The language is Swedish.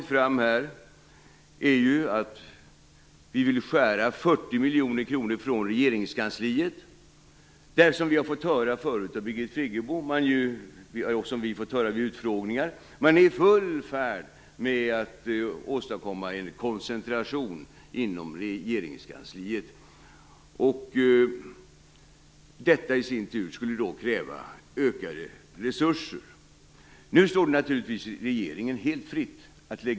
Detta i sin tur skulle kräva ökade resurser.